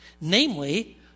namely